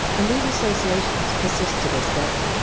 and these associations persist to this day.